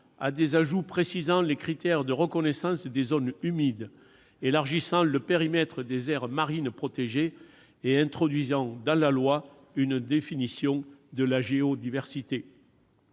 à des ajouts précisant les critères de reconnaissance des zones humides, élargissant le périmètre des aires marines protégées et introduisant dans la loi une définition de la géodiversité.